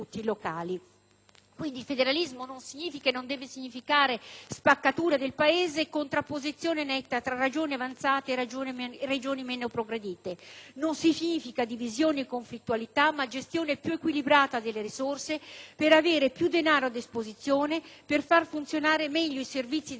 locali. Il federalismo, quindi, non significa e non deve significare spaccatura del Paese e contrapposizione netta tra Regioni avanzate e Regioni meno progredite; non significa divisione e conflittualità, ma gestione più equilibrata delle risorse, per avere più denaro a disposizione per fare funzionare meglio i servizi da rendere ai cittadini. Al